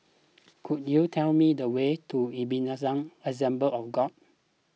could you tell me the way to Ebenezer Assembly of God